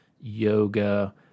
yoga